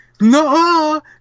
No